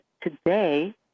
today